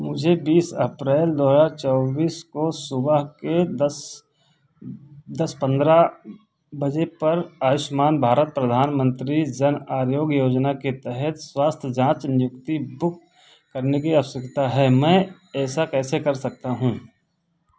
मुझे बीस अप्रैल दो हजार चौबीस को सुबह के दस दस पंद्रह बजे पर आयुष्मान भारत प्रधानमंत्री जन आरोग्य योजना के तहत स्वास्थ्य जाँच नियुक्ति बुक करने की आवश्यकता है मैं ऐसा कैसे कर सकता हूँ